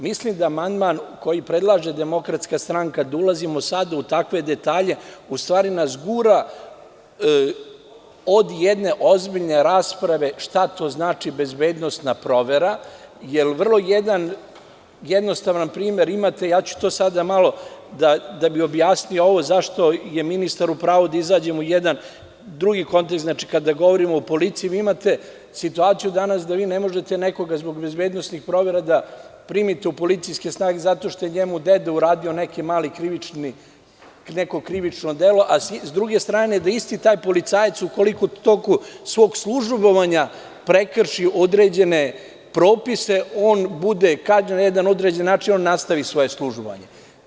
Mislim da amandman koji predlaže DS, da ulazimo sada u takve detalje, u stvari nas gura od jedne ozbiljne rasprave šta to znači bezbednosna provera, jer vrlo jednostavan primer imate, ja ću to sada malo, da bih objasnio ovo za šta je ministar u pravu, da izađemo u jedan drugi kontekst, kada govorimo o policiji, vi imate situaciju danas da vi ne možete nekoga zbog bezbednosnih provera da primite u policijske snage, zato što je njemu deda uradio neko malo krivično delao, a sa druge strane da isti taj policajac ukoliko u toku svog službovanja prekrši određene propise, on bude kažnjen na jedan određene način, on nastavi svoje službovanje.